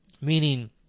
meaning